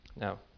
Now